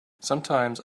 sometimes